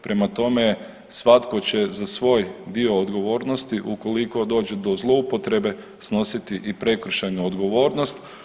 Prema tome, svatko će za svoj dio odgovornosti ukoliko dođe do zloupotrebe snositi i prekršajnu odgovornost.